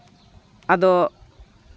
ᱟᱫᱚ